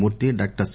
Murthy doctor C